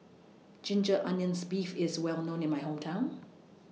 Ginger Onions Beef IS Well known in My Hometown